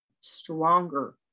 stronger